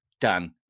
done